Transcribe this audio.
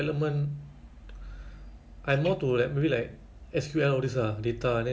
twen~ twenty nineteen ah twenty eighteen to twenty nineteen I think ya